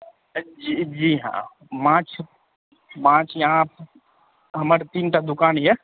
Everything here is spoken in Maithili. जी जी हॅं माछ माछ यहाँ हमर तीन टा दुकान यऽ